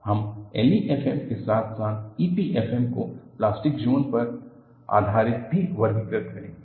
हम LEFM के साथ साथ EPFM को प्लास्टिक ज़ोन पर आधारित भी वर्गीकृत करेंगे